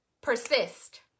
persist